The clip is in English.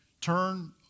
turn